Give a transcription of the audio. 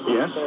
Yes